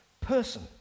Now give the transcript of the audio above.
person